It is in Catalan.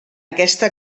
aquesta